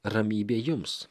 ramybė jums